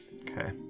Okay